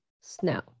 snow